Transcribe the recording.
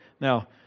Now